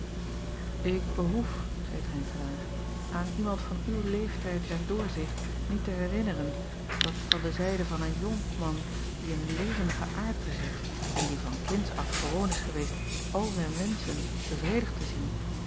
k behoef zeî renkelaer aan iemand van uw leeftijd en doorzicht niet te herinneren dat van de zijde van een jonkman die een levendigen aard bezit en die van kinds af gewoon is geweest al zijn wenschen bevredigd te zien